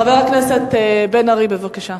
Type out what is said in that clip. חבר הכנסת בן-ארי, בבקשה.